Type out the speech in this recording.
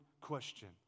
question